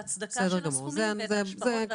ההצדקה של הסכומים ואת ההשפעות.